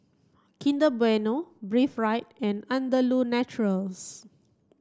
Kinder Bueno Breathe Right and Andalou Naturals